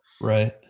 Right